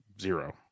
zero